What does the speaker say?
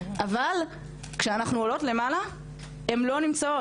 אבל כשאנחנו עולות למעלה הן לא נמצאות.